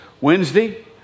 Wednesday